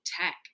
tech